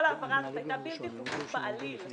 כל ההעברה הזאת הייתה בלתי חוקית בעליל.